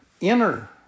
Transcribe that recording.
inner